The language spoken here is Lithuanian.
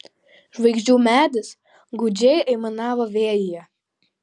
žvaigždžių medis gūdžiai aimanavo vėjyje